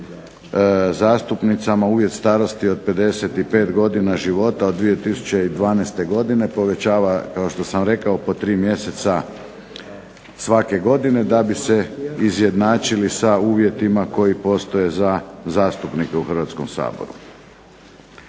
uvjet starosti od 55 godina života od 2012. godine povećava kao što sam rekao po tri mjeseca svake godine da bi se izjednačili sa uvjetima koji se odnose na zastupnike u Hrvatskom saboru.